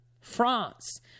France